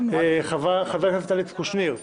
חבר הכנסת אלכס קושניר.